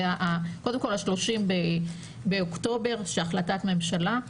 קודם כל ה-30 באוקטובר, החלטת ממשלה,